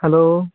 hello